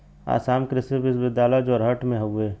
आसाम कृषि विश्वविद्यालय जोरहट में हउवे